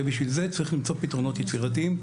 ובשביל זה צריך למצוא פתרונות יצירתיים.